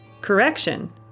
Correction